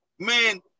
Man